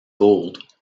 gold